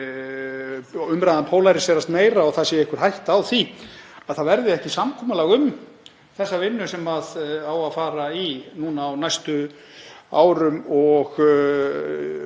umræðan pólaríserast meira og það sé einhver hætta á því að það verði ekki samkomulag um þessa vinnu sem á að fara í núna á næstu árum og